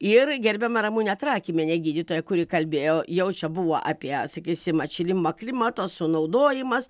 ir gerbiama ramunė trakymienė gydytoja kuri kalbėjo jau čia buvo apie sakysim atšilimą klimato sunaudojimas